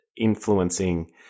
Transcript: influencing